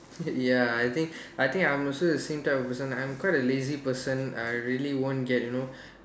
ya I think I think I'm also the same type of person I'm quite a lazy person I really won't get you know